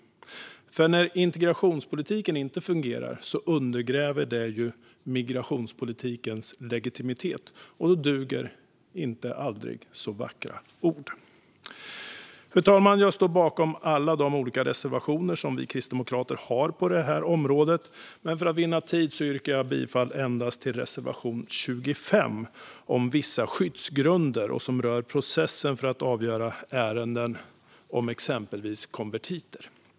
När integrationspolitiken inte fungerar undergräver ju det migrationspolitikens legitimitet. Då duger inte aldrig så vackra ord. Jag står bakom alla de reservationer som vi kristdemokrater har på området, men för att vinna tid yrkar jag bifall till endast reservation 25 om vissa skyddsgrunder och som rör processen för att avgöra ärenden om exempelvis konvertiter.